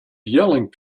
yelling